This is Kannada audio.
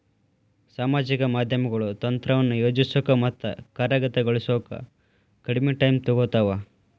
ಸಾಮಾಜಿಕ ಮಾಧ್ಯಮಗಳು ತಂತ್ರವನ್ನ ಯೋಜಿಸೋಕ ಮತ್ತ ಕಾರ್ಯಗತಗೊಳಿಸೋಕ ಕಡ್ಮಿ ಟೈಮ್ ತೊಗೊತಾವ